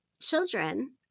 children –